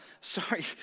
Sorry